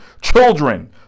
children